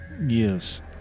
Yes